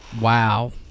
wow